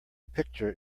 picture